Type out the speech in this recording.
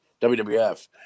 WWF